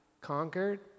conquered